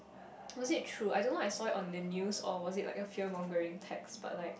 was it true I don't I a saw it on the news or was it like a fearmongering text but like